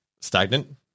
stagnant